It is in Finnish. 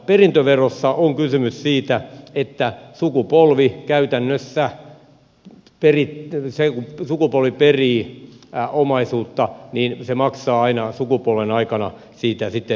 perintöverossa on kysymys siitä että kun sukupolvi perii omaisuutta niin se maksaa aina sukupolven aikana siitä sitten perintöveroa